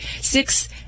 six